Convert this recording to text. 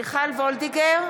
וולדיגר,